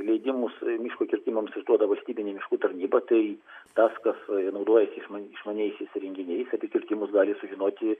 leidimus miško kirtimams išduoda valstybinė miškų tarnyba tai tas kas naudojasi iš išmaniaisiais įrenginiais apie kirtimus gali sužinoti